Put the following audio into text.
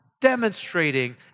demonstrating